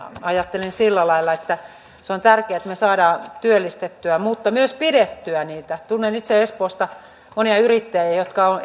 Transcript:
ajattelen sillä lailla että on tärkeää että me saamme työllistettyä mutta myös pidettyä niitä tunnen itse espoosta monia yrittäjiä jotka ovat